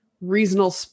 reasonable